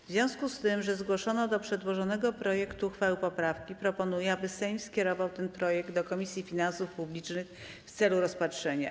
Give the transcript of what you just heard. W związku z tym, że do przedłożonego projektu uchwały zgłoszono poprawki, proponuję, aby Sejm skierował ten projekt do Komisji Finansów Publicznych w celu rozpatrzenia.